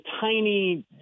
tiny